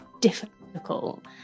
difficult